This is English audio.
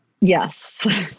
Yes